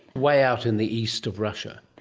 way out in the east of russia.